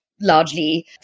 largely